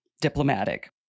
Diplomatic